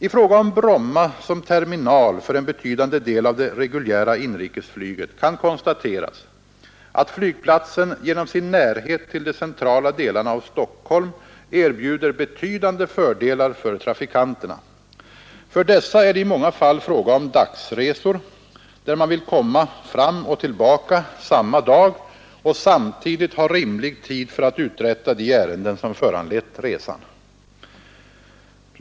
I fråga om Bromma som terminal för en betydande del av det reguljära inrikesflyget kan konstateras, att flygplatsen genom sin närhet till de centrala delarna av Stockholm erbjuder betydande fördelar för trafikanterna. För dessa är det i många fall fråga om dagsresor, där man vill komma fram och tillbaka samma dag och samtidigt ha rimlig tid för att uträtta de ärenden som föranlett resan.